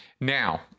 Now